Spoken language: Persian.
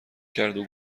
کردو